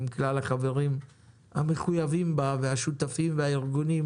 עם כלל החברים המחויבים בה והשותפים ועם הארגונים